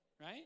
Right